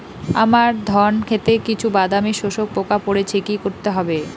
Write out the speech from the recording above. আমার ধন খেতে কিছু বাদামী শোষক পোকা পড়েছে কি করতে হবে?